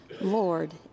Lord